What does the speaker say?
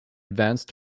advance